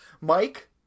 Mike